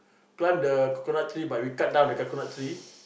plant the coconut tree but we cut down the coconut tree